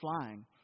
flying